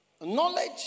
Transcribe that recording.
knowledge